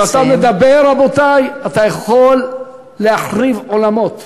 כשאתה מדבר, רבותי, אתה יכול להחריב עולמות.